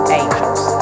angels